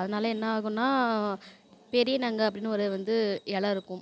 அதனால என்னாகுன்னா பெரியநங்கை அப்படின்னு ஒரு வந்து எலை இருக்கும்